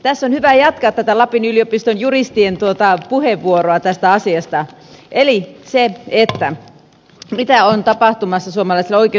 tässä on hyvä jatkaa tätä lapin yliopiston juristien puheenvuoroa tästä asiasta eli siitä mitä on tapahtumassa suomalaiselle oikeuskentälle